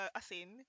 asin